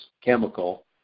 chemical